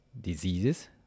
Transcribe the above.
diseases